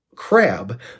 crab